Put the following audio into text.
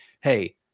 Hey